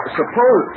suppose